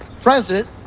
president